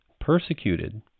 persecuted